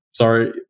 Sorry